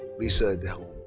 lisa deshommes.